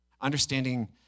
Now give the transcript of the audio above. understanding